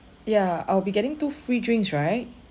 ya I'll be getting two free drinks right